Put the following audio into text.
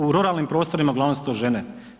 U ruralnim prostorima uglavnom su to žene.